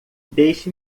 deixe